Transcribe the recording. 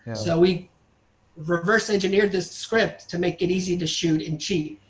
so, we reversed engineered the script to make it easy to shot and cheap.